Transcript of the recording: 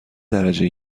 درجه